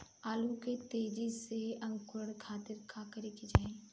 आलू के तेजी से अंकूरण खातीर का करे के चाही?